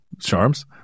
Charms